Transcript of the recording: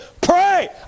pray